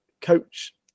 coach